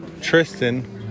Tristan